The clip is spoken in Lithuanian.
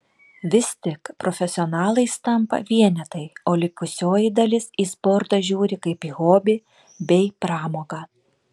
vis tik profesionalais tampa vienetai o likusioji dalis į sportą žiūri kaip į hobį bei pramogą